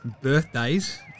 birthdays